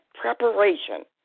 preparation